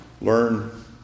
learn